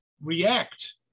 react